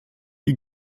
die